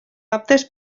aptes